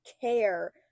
care